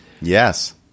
Yes